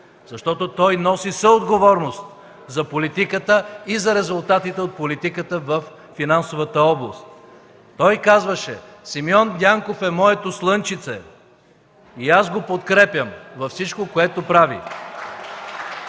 защото той носи съотговорност за политиката и за резултатите от политиката във финансовата област. Той казваше: „Симеон Дянков е моето слънчице и аз го подкрепям във всичко, което прави”.